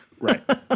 Right